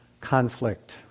conflict